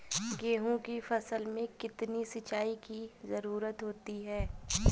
गेहूँ की फसल में कितनी सिंचाई की जरूरत होती है?